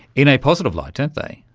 in a positive light, don't they.